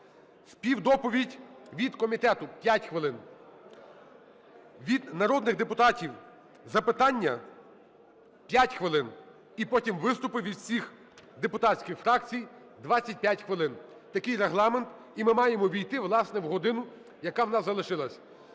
співдоповідь від комітету – 5 хвилин, від народних депутатів запитання – 5 хвилин і потім виступи від всіх депутатських фракцій – 25 хвилин. Такий регламент. І ми маємо ввійти, власне, в годину, яка у нас залишилась.